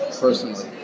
personally